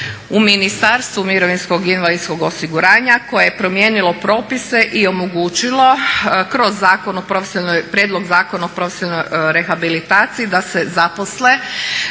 u Ministarstvu mirovinskog i invalidskog osiguranja koje je promijenilo propise i omogućilo kroz Prijedlog Zakona o profesionalnoj rehabilitaciji da se zaposle